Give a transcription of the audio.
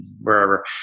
wherever